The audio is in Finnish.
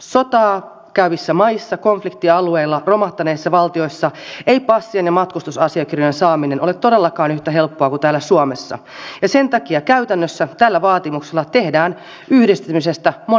sotaa käyvissä maissa konfliktialueilla romahtaneissa valtioissa ei passien ja matkustusasiakirjojen saaminen ole todellakaan yhtä helppoa kuin täällä suomessa ja sen takia käytännössä tällä vaatimuksella tehdään yhdistämisestä monelle mahdotonta